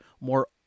more